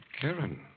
Karen